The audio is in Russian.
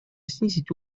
снизить